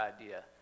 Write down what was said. idea